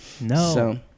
No